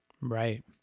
Right